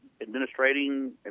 administrating